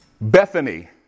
Bethany